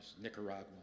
Nicaragua